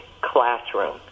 classroom